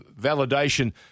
validation